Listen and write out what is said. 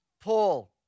Paul